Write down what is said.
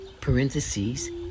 parentheses